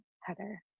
Heather